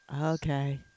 Okay